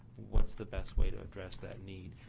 what's the best way to address that need.